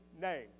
name